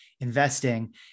investing